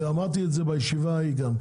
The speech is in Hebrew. ואמרתי את זה גם בישיבה ההיא.